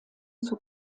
zur